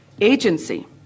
agency